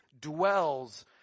Dwells